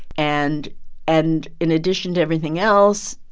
and and in addition to everything else,